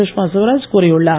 சுஷ்மா சுவராஜ் கூறியுள்ளார்